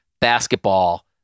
basketball